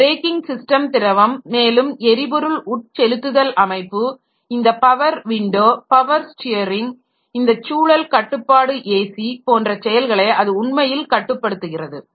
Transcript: இந்த braking system திரவம் மேலும் எரிபொருள் உட்செலுத்துதல் அமைப்பு இந்த பவர் வின்டோ பவர் ஸ்டீயரிங் இந்த சூழல் கட்டுப்பாட்டு AC போன்ற செயல்களை அது உண்மையில் கட்டுப்படுத்துகிறது